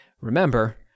remember